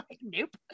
nope